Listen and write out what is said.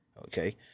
Okay